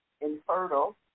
infertile